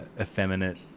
effeminate